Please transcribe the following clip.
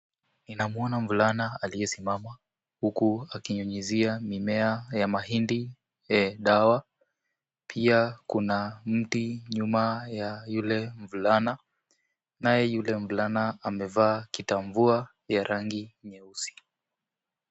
Ninamwona mvulana aliyesimama huku akinyunyuzia mimea ya mahindi dawa pia kuna mti nyuma ya yule mvulana, naye yule mvulana amevaa kitambua ya rangi nyeusi .